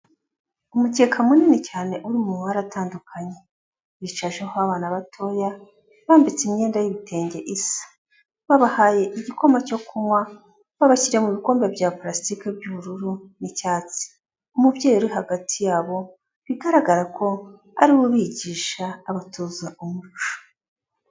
Umukeka munini cyane uri mu mabara atandukanye, bicajeho abana batoya, bambitse imyenda y'ibitenge isa, babahaye igikoma cyo kunywa, babashyirira mu bikombe bya parasitike by'ubururu n'icyatsi, umubyeyi uri hagati yabo bigaragara ko ari we ubigisha abatoza umuco.